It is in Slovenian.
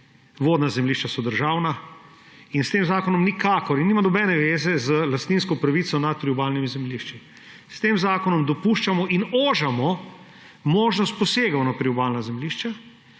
vodna zemljišča so državna in s tem zakonom nikakor in nima nobene zveze z lastninsko pravico nad priobalnimi zemljišči. S tem zakonom dopuščamo in ožamo možnost posegov na priobalna zemljišča